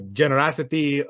generosity